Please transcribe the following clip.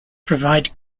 provide